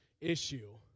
issue